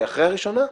אחרי הראשונה?